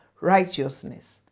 Righteousness